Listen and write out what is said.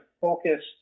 focused